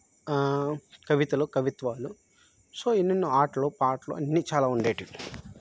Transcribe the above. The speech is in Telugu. కవితలు కవిత్వాలు సో ఎన్నెన్నో ఆటలు పాటలు అన్నీ చాలా ఉండేటివి